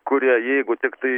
kurie jeigu tiktai